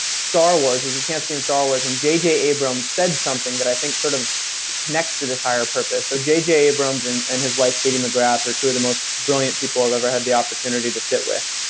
star wars, it was a chance to be in star wars, and jj abrams said something that i think sort of connects to this higher purpose so jj abrams and and his wife katie mcgrath are two of the most brilliant people i've ever had the opportunity to sit with.